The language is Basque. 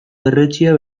berretsia